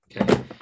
Okay